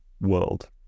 world